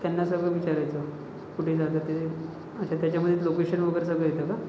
त्यांना सगळं विचारायचं कुठे जातात ते अच्छा त्याच्यामध्येच लोकेशन वगैरे सगळं येतं का